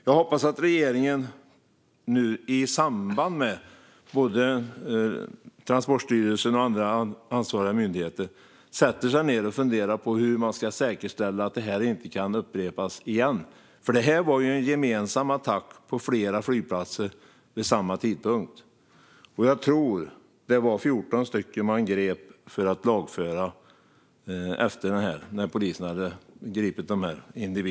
Jag hoppas att regeringen nu tillsammans med Transportstyrelsen och andra ansvariga myndigheter sätter sig ned och funderar på hur man ska säkerställa att detta inte kan upprepas igen. Detta var ju en gemensam attack på flera flygplatser vid samma tidpunkt. Jag tror att det var 14 personer som polisen grep för att lagföra efteråt.